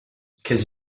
cause